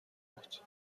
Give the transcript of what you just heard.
بود